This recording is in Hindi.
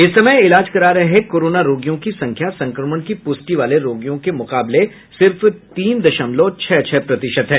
इस समय इलाज करा रहे रोगियों की संख्या संक्रमण की प्रष्टि वाले रोगियों के मुकाबले सिर्फ तीन दशमलव छह छह प्रतिशत है